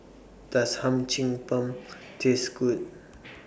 Does Hum Chim Peng Taste Good